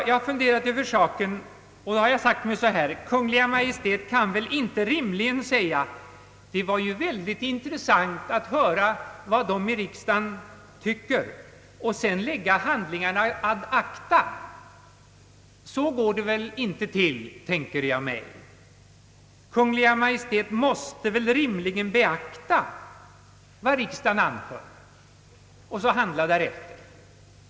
Jag har funderat över saken och har sagt mig, att Kungl. Maj:t väl inte rimligen kan säga: Det var väldigt intressant att höra vad riksdagen tycker — och sedan lägga handlingarna ad acta. Så går det väl inte till, tänker jag mig. Kungl. Maj:t måste väl rimligen beakta vad riksdagen anför och handla därefter.